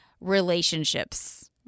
Relationships